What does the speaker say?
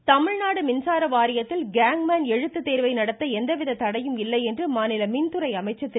தங்கமணி தமிழ்நாடு மின்சார வாரியத்தில் கேங்மென் எழுத்து தோ்வை நடத்த எந்தவித தடையும் இல்லை என்று மாநில மின்துறை அமைச்சர் திரு